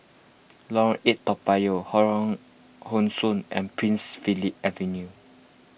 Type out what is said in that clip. Lorong eight Toa Payoh Lorong How Sun and Prince Philip Avenue